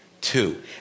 Two